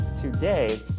today